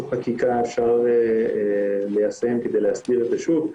חוקים אפשר ליישם כדי להסדיר את השוק,